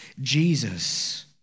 Jesus